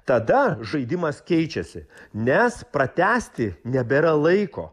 tada žaidimas keičiasi nes pratęsti nebėra laiko